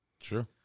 Sure